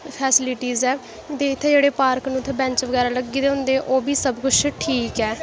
हर इक फैस्लिटिस ऐ ते इत्थै जेह्ड़े पार्क न बैंच बगैरा लग्गे दे होंदे ओह् बी सब किश ठीक ऐ